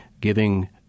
giving